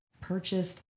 purchased